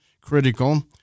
critical